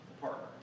partner